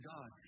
God